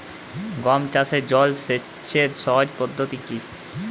গম চাষে জল সেচের সহজ পদ্ধতি কি?